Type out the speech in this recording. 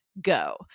go